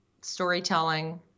Storytelling